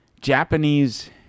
Japanese